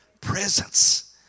presence